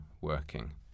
working